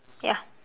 ya